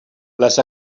les